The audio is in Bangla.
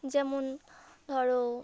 যেমন ধরো